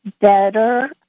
better